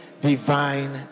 divine